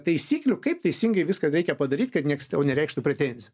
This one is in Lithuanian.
taisyklių kaip teisingai viską reikia padaryt kad nieks tau nereikštų pretenzijų